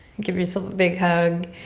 give yourself a big hug.